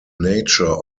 nature